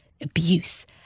abuse